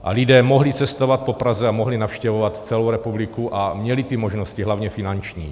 A lidé mohli cestovat po Praze a mohli navštěvovat celou republiku a měli ty možnosti, hlavně finanční.